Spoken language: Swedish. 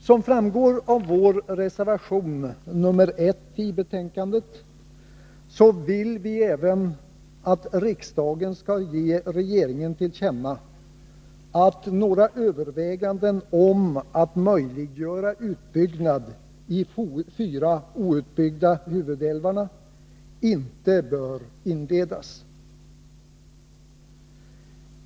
Som framgår av vår reservation 1 vill vi även att riksdagen skall ge regeringen till känna att några överväganden om att möjliggöra utbyggnad i de fyra outbyggda huvudälvarna inte bör inledas.